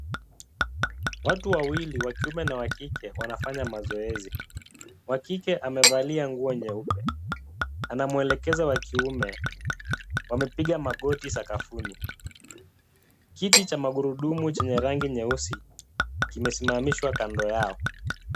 Watu wawili wa kiume na wa kike, wanafanya mazoezi. Wa kike amevalia nguo nyeupe, anamwelekeza wa kiume. Wamepiga magoti sakafuni. Kiti cha magurudumu chenye rangi nyeusi, kimesimamishwa kando yao.